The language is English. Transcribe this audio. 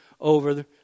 over